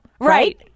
right